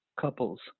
couples